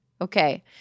Okay